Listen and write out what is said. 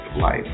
life